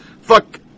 fuck